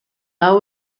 hau